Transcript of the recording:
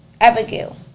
Abigail